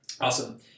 awesome